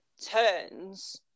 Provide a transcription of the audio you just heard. turns